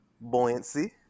Buoyancy